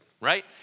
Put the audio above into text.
right